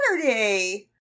Saturday